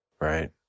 Right